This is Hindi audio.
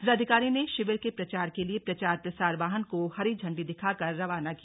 जिलाधिकारी ने शिविर के प्रचार के लिए प्रचार प्रसार वाहन को हरी झण्डी दिखाकर रवाना किया